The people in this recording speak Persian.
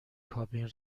کابین